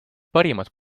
parimad